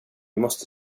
måste